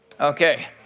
Okay